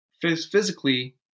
physically